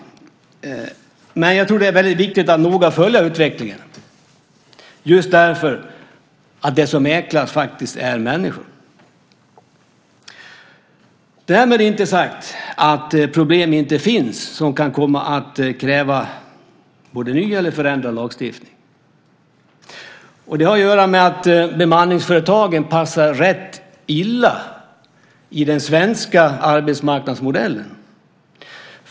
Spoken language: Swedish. Jag tror dock att det är väldigt viktigt att noga följa utvecklingen just därför att det som mäklas är människor. Därmed inte sagt att det inte finns problem som kan komma att kräva både en ny och en förändrad lagstiftning. Det har att göra med att bemanningsföretagen passar rätt illa i den svenska arbetsmarknadsmodellen.